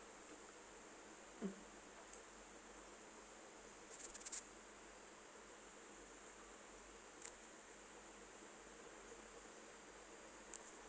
mm